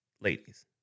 ladies